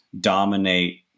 dominate